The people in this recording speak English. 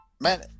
Man